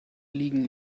liegen